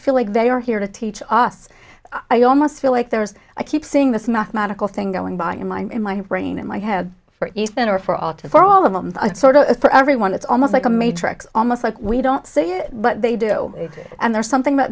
feel like they are here to teach us i almost feel like there's i keep seeing this mathematical thing going by in my in my brain in my head for the center for all to for all of them sort of for everyone it's almost like a matrix almost like we don't see it but they do it and there's something that